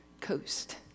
coast